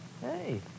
Hey